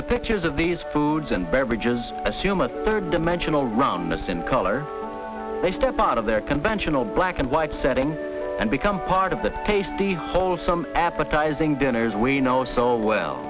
the pictures of these foods and beverages assume a third dimensional roundness and color they step out of their conventional black and white satin and become part of the tasty wholesome appetizing dinners we know so well